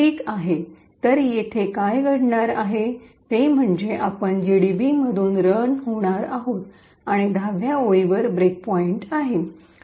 ठीक आहे तर येथे काय घडणार आहे ते म्हणजे आपण जीडीबीमधून रन होणार आहोत आणि १० व्या ओळीवर ब्रेक पॉईंट आहे